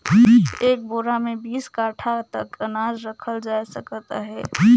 एक बोरा मे बीस काठा तक अनाज रखल जाए सकत अहे